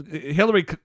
Hillary